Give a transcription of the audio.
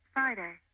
Friday